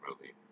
movie